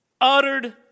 uttered